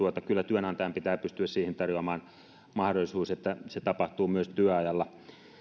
kyllä työnantajan pitää pystyä siihen tarjoamaan mahdollisuus että se myös tapahtuu työajalla